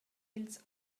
ils